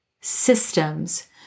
systems